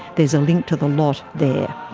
there's a link to the lot there.